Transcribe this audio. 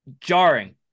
jarring